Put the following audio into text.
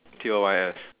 T O Y S